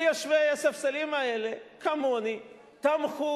ויושבי הספסלים האלה, כמוני, תמכו